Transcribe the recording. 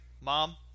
mom